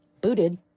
booted